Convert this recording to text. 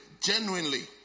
genuinely